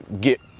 get